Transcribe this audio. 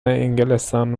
انگلستان